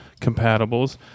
compatibles